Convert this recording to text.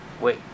Wait